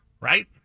right